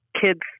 kids